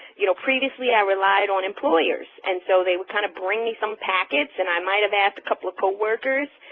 you know, previously i relied on employers and so they would kind of bring me some package and i might have asked a couple of coworkers,